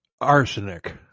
Arsenic